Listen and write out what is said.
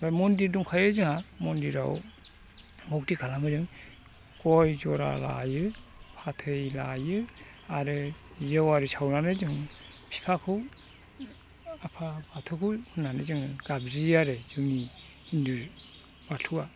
बे मन्दिर दंखायो जोंहा मन्दिराव भक्ति खालामो जों गय जरा लायो फाथै लायो आरो जेवारि सावनानै जों बिफाखौ आफा बाथौखौ खुलुमनानै जोङो गाबज्रियो आरो जोंनि हिन्दु बाथौआ